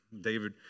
David